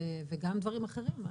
וגם דברים אחרים,